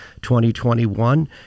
2021